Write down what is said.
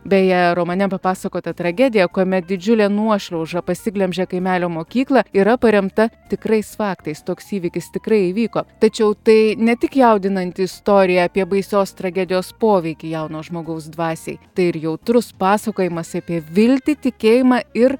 beje romane papasakota tragedija kuomet didžiulė nuošliauža pasiglemžė kaimelio mokyklą yra paremta tikrais faktais toks įvykis tikrai įvyko tačiau tai ne tik jaudinanti istorija apie baisios tragedijos poveikį jauno žmogaus dvasiai tai ir jautrus pasakojimas apie viltį tikėjimą ir